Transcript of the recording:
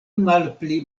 malpli